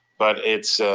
but it's